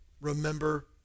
Remember